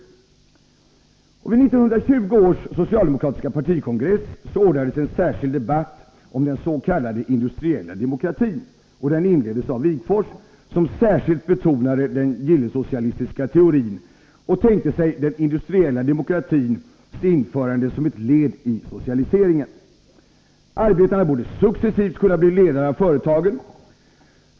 Vid 1920 års socialdemokratiska partikongress ordnades en särskild debatt om den s.k. industriella demokratin. Debatten inleddes av Wigforss, som särskilt betonade den gillesocialistiska teorin och tänkte sig den industriella demokratins införande såsom ett led i socialiseringen. Arbetarna borde successivt kunna bli ledare av företagen.